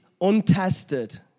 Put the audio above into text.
untested